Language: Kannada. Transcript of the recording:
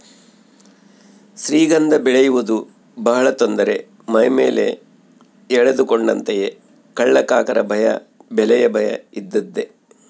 ಶ್ರೀಗಂಧ ಬೆಳೆಯುವುದು ಬಹಳ ತೊಂದರೆ ಮೈಮೇಲೆ ಎಳೆದುಕೊಂಡಂತೆಯೇ ಕಳ್ಳಕಾಕರ ಭಯ ಬೆಲೆಯ ಭಯ ಇದ್ದದ್ದೇ